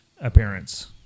appearance